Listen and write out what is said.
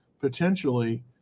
potentially